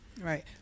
Right